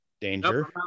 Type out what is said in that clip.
Danger